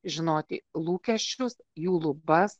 žinoti lūkesčius jų lubas